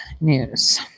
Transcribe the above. news